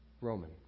Roman